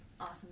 awesome